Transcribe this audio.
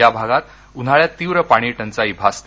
या भागात उन्हाळ्यात तीव्र पाणीटंचाई भासते